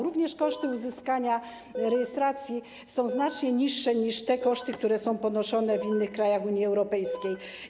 Również koszty uzyskania rejestracji są znacznie niższe niż koszty ponoszone w innych krajach Unii Europejskiej.